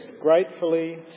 gratefully